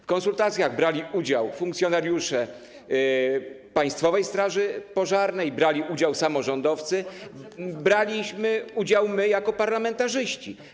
W konsultacjach brali udział funkcjonariusze Państwowej Straży Pożarnej, brali udział samorządowcy i braliśmy udział my jako parlamentarzyści.